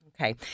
Okay